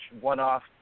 one-off